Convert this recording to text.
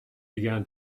began